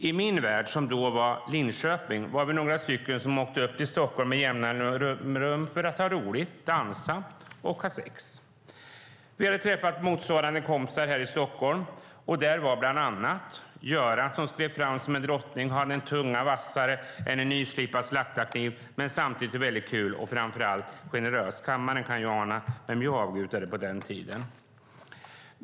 I min värld, som då var Linköping, var vi några stycken som åkte upp till Stockholm med jämna mellanrum för att ha roligt, dansa och ha sex. Vi hade träffat motsvarande kompisar här i Stockholm, och där var Göran som skred fram som en drottning, hade en tunga vassare än en nyslipad slaktarkniv, men samtidigt väldigt kul och framför allt generös. Kammaren kan ju ana vem jag avgudade på den tiden.